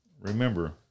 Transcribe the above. remember